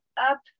up